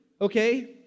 okay